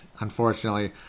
unfortunately